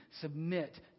submit